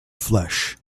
flesh